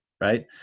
right